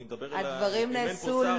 אני מדבר על זה שאין פה שר.